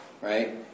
Right